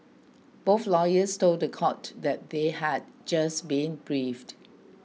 both lawyers told the court that they had just been briefed